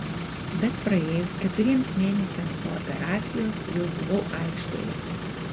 bet praėjus keturiems mėnesiams po operacijos jau buvau aikštėje